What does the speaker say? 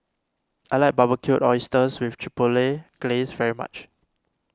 I like Barbecued Oysters with Chipotle Glaze very much